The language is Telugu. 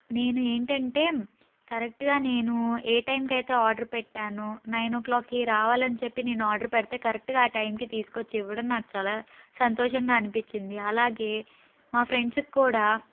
నేను ఏంటంటే కరెక్ట్గా నేను ఏ టైంకి అయితే నేను ఆర్డర్ పెట్టానో నైన్ ఓ క్లాక్కి రావాలని చెప్పి నేను ఆర్డర్ పెడితే కరెక్ట్గా ఆ టైంకి తీసుకొచ్చి ఇవ్వడం నాకు చాలా సంతోషంగా అనిపించింది అలాగే మా ఫ్రెండ్స్కి కూడా